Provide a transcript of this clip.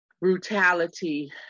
brutality